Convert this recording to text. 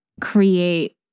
create